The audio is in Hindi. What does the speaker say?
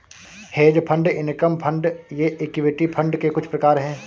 हेज फण्ड इनकम फण्ड ये इक्विटी फंड के कुछ प्रकार हैं